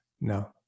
no